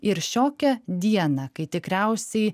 ir šiokią dieną kai tikriausiai